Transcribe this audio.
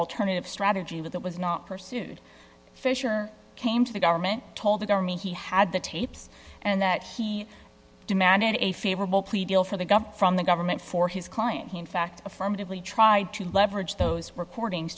alternative strategy but that was not pursued fisher came to the government told the government he had the tapes and that he demanded a favorable plea deal for the government from the government for his client he in fact affirmatively tried to leverage those recordings